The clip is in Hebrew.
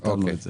ביטלנו את זה.